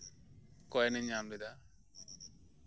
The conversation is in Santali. ᱠᱚᱭᱮᱱᱤᱧ ᱧᱟᱢ ᱞᱮᱫᱟ